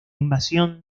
invasión